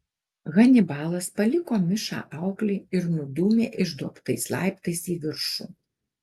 hanibalas paliko mišą auklei ir nudūmė išduobtais laiptais į viršų